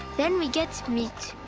then we get meat.